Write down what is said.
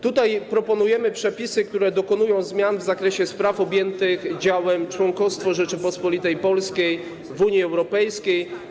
Tutaj proponujemy przepisy, które dokonują zmian w zakresie spraw objętych działem członkostwo Rzeczypospolitej Polskiej w Unii Europejskiej.